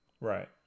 Right